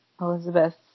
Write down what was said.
Elizabeth